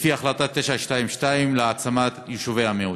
לפי החלטה 922 להעצמת יישובי המיעוטים.